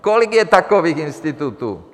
Kolik je takových institutů?